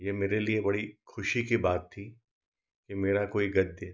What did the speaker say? ये मेरे लिए बड़ी खुशी की बात थी कि मेरा कोई गद्य